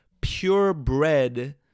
purebred